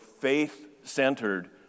faith-centered